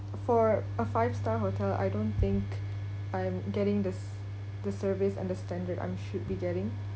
for a five star hotel I don't think I'm getting this the service and standard I'm should be getting